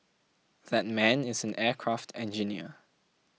that man is an aircraft engineer